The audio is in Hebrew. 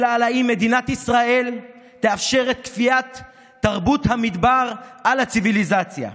אלא על אם מדינת ישראל תאפשר את כפיית תרבות המדבר על הציוויליזציה.